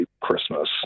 Christmas